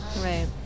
Right